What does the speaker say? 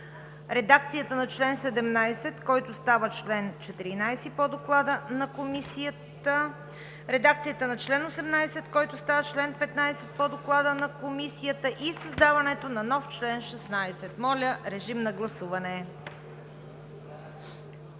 редакцията на чл. 17, който става чл. 14 по Доклада на Комисията; редакцията на чл. 18, който става чл. 15 по Доклада на Комисията и създаването на нов чл. 16. Гласували